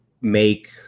make